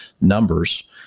numbers